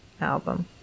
album